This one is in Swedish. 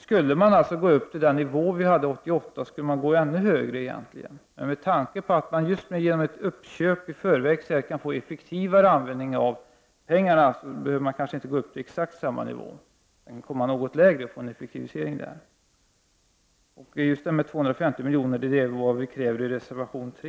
Skulle man komma upp till den nivå som vi hade 1988 skulle man egentligen gå ännu högre, men med tanke på att man genom uppköp i förväg kan få en effektivare användning av pengarna behöver man inte gå upp till exakt samma nivå utan kan stanna något lägre och göra en effektivisering. Dessa 250 miljoner kräver vi i reservation 3.